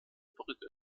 brügge